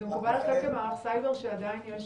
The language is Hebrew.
עמית זה מקובל עליכם כמערך סייבר שעדיין יש